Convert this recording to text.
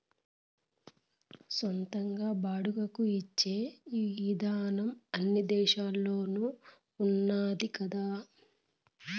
సొంతంగా బాడుగకు ఇచ్చే ఇదానం అన్ని దేశాల్లోనూ ఉన్నాది కదా